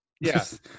Yes